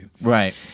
Right